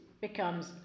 becomes